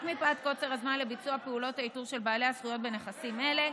רק מפאת קוצר הזמן לביצוע פעולות האיתור של בעלי הזכויות בנכסים אלו,